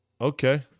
Okay